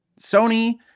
Sony